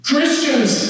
Christians